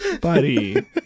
Buddy